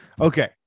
Okay